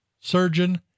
surgeon